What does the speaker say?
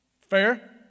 Fair